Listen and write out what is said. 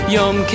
Yom